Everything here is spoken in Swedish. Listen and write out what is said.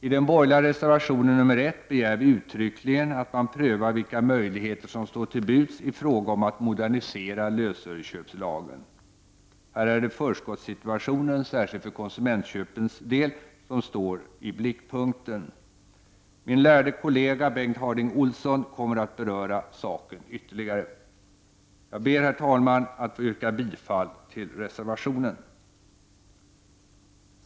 I den borgerliga reservationen nr 1 begär vi uttryckligen, att man prövar vilka möjligheter som står till buds i fråga om att modernisera lösöreköplagen. Här är det förskottssituationen, särskilt för konsumentköpens del, som är i blickpunkten. Min lärde kollega Bengt Harding Olson kommer att beröra saken ytterligare. Jag ber, herr talman, att få yrka bifall till reservationen.